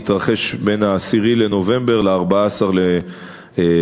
יתרחש בין 10 בנובמבר ל-14 בנובמבר.